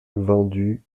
vendu